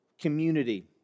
community